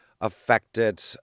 affected